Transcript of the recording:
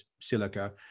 silica